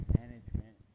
management